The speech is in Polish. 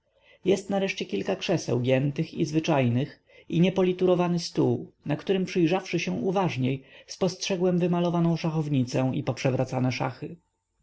jest nareszcie kilka krzeseł giętych i zwyczajnych i niepoliturowany stół na którym przyjrzawszy się uważniej spostrzegłem wymalowaną szachownicę i poprzewracane szachy